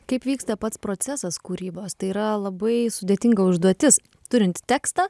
kaip vyksta pats procesas kūrybos tai yra labai sudėtinga užduotis turint tekstą